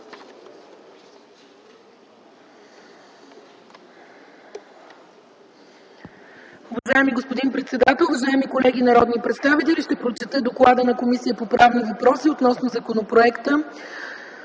господин председател, уважаеми колеги народни представители! Ще прочета „ДОКЛАД на Комисията по правни въпроси относно Законопроект